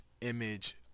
image